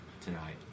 tonight